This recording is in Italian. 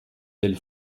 del